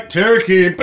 turkey